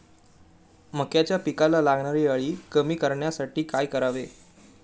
मक्याच्या पिकाला लागणारी अळी कमी करण्यासाठी काय करावे?